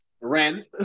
Ren